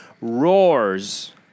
roars